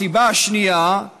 הסיבה השנייה היא